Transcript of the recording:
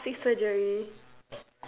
plastic surgery